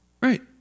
Right